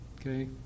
Okay